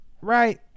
Right